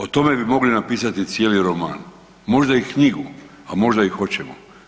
O tome bi mogli napisati cijeli roman, možda i knjigu, a možda i hoćemo.